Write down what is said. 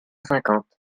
cinquante